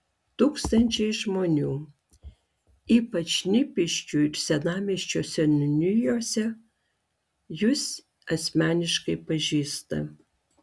tūkstančiai žmonių ypač šnipiškių ir senamiesčio seniūnijose jus asmeniškai pažįsta